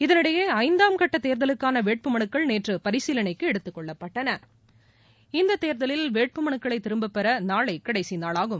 இதனிடையே ஐந்தாம் கட்ட தேர்தலுக்கான வேட்பு மனுக்கள் நேற்று பரிசீலனைக்கு எடுத்துக் கொள்ளபட்டன இந்த தேர்தலில் வேட்புமனுக்களை திரும்பப்பெற நாளை கடைசி நாளாகும்